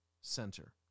center